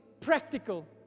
practical